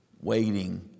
Waiting